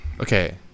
Okay